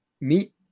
Meet